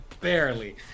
Barely